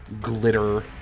glitter